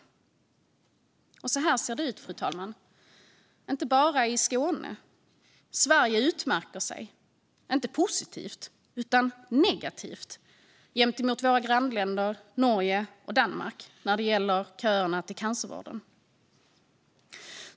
Det är inte bara i Skåne det ser ut så, fru talman. Sverige utmärker sig - inte positivt, utan negativt - jämfört med grannländerna Norge och Danmark när det gäller köerna till cancervården.